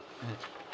mm